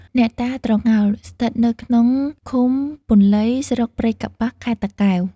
អ្នកតាត្រងោល ស្ថិតនៅក្នុងឃុំពន្លៃ ស្រុកព្រៃកប្បាស ខេត្ត តាកែវ ។